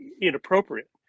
inappropriate